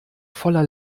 voller